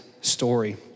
story